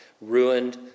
ruined